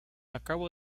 acabo